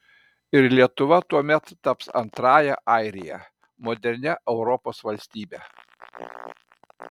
ir lietuva tuomet taps antrąja airija modernia europos valstybe